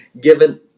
given